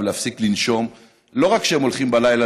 יכולים להפסיק לנשום לא רק כשהם הולכים לישון בלילה,